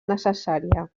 necessària